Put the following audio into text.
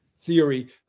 theory